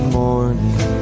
morning